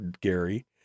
Gary